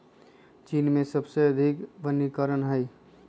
चीन में सबसे अधिक वनीकरण हई